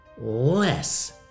less